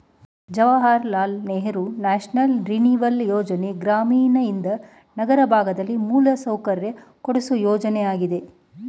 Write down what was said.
Jawahar Lal Nehru national renewal ಯೋಜನೆ ಗ್ರಾಮೀಣಯಿಂದ ನಗರ ಭಾಗದಲ್ಲಿ ಮೂಲಸೌಕರ್ಯ ಕೊಡ್ಸು ಯೋಜನೆಯಾಗಿದೆ